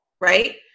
Right